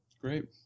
Great